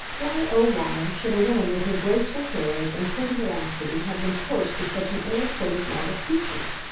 why, oh, why should a woman with her graceful carriage and pretty vivacity have been cursed with such an ill-assorted lot of features!